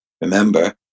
remember